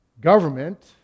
government